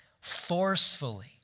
Forcefully